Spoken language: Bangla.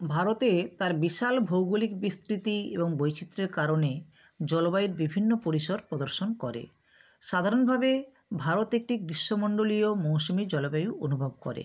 ভারতে তার বিশাল ভৌগোলিক বিস্তৃতি এবং বৈচিত্র্যের কারণে জলবায়ু বিভিন্ন পরিসর প্রদর্শন করে সাধারণভাবে ভারত একটি গ্রীষ্মমণ্ডলীয় মৌসুমি জলবায়ু অনুভব করে